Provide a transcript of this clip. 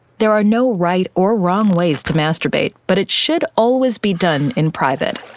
there are no right or wrong ways to masturbate, but it should always be done in private.